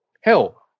Hell